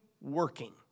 working